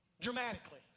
dramatically